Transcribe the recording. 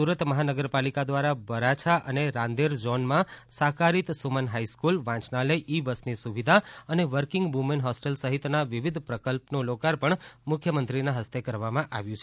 સુરત મહાનગરપાલિકા દ્વારા વરાછા અને રાંદેર ઝોનમાં સાકારિત સુમન હાઈસ્ફૂલ વાંચનાલય ઈ બસની સુવિધા અને વર્કિંગ વુમન હોસ્ટેલ સહિતના વિવિધ પ્રકલ્પનું લોકાર્પણ મુખ્યમંત્રીના ફસ્તે કરવામાં આવ્યું છે